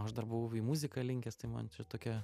aš dar buvau į muziką linkęs tai man čia tokia